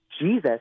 Jesus